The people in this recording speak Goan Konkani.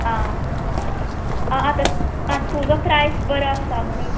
आं आं आत तुजो प्रायज बरो आसा म्हणून